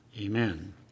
Amen